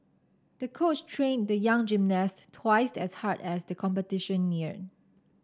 the coach trained the young gymnast twice as hard as the competition neared